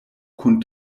kun